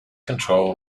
control